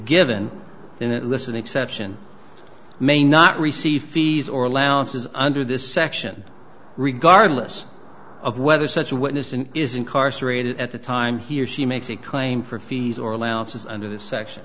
given that listen exception may not receive fees or allowances under this section regardless of whether such a witness and is incarcerated at the time he or she makes a claim for fees or allowances under the section